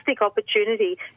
opportunity